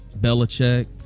belichick